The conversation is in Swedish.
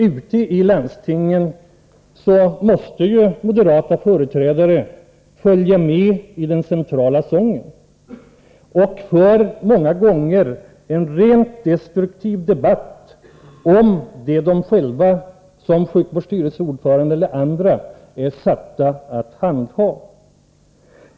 Ute i landstingen måste de moderata företrädarna följa med i den centrala sången. Många gånger för de en rent destruktiv debatt om det som de själva i egenskap av t.ex. sjukvårdsstyrelseordförande är satta att handha.